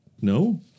no